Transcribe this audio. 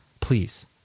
Please